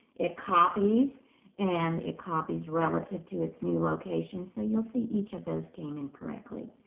it copies and it copies relative to its new location. so you'll see each of those came in correctly.